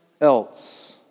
else